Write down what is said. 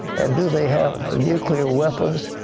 and do they have nuclear weapons?